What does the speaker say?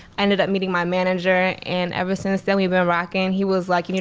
ended up meeting my manager, and every since then, we've been rockin'. he was like, you need